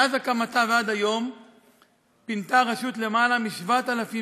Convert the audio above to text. מאז הקמתה ועד היום פינתה הרשות למעלה מ-7,000